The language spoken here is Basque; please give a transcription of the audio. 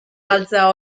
galtzea